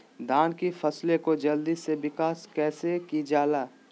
धान की फसलें को जल्दी से विकास कैसी कि जाला?